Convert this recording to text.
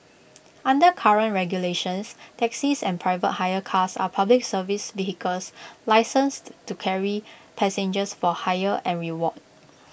under current regulations taxis and private hire cars are Public Service vehicles licensed to carry passengers for hire and reward